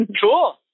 Cool